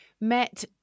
met